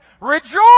rejoice